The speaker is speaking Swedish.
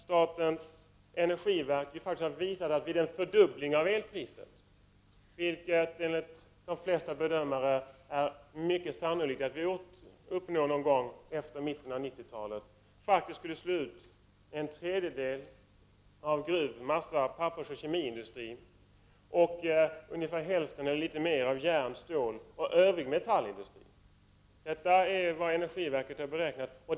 Statens energiverk har visat att vid en fördubbling av elpriset — vilket det enligt de flesta bedömare är mycket sannolikt att vi uppnår någon gång i slutet av 1990-talet — skulle en tredjedel av gruv-, massa-, pappersoch kemiindustrin slås ut. Dessutom skulle hälften eller litet mer än hälften av järn-, ståloch övrig metallindustri slås ut. Detta är vad energiverket har beräknat.